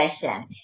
session